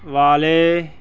ਵਾਲੇ